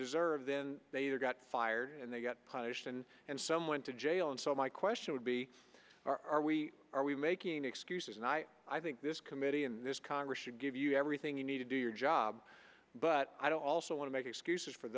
deserve then they got fired and they got punished and and some went to jail and so my question would be are we are we making excuses and i i think this committee and this congress should give you everything you need to do your job but i don't also want to make excuses for